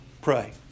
Pray